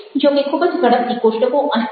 જો કે ખૂબ જ ઝડપથી કોષ્ટકો અને આલેખ